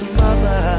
mother